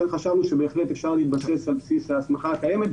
לכן חשבנו שבהחלט אפשר להתבסס על בסיס ההסמכה הקיימת.